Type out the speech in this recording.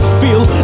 feel